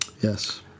Yes